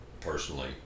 personally